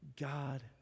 God